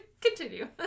Continue